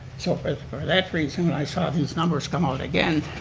so for for that reason, when i saw these numbers come out again